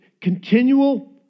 continual